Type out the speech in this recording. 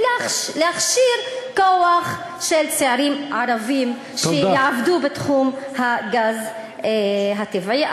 ולהכשיר כוח של צעירים ערבים שיעבדו בתחום הגז הטבעי.